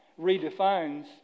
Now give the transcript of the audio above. redefines